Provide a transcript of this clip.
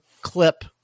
clip